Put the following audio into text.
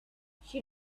she